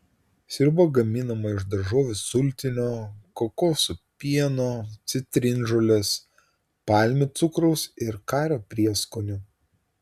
sriuba gaminama iš daržovių sultinio kokosų pieno citrinžolės palmių cukraus ir kario prieskonių